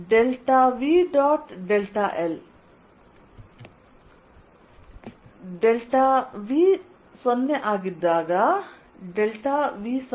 l When V0 then VV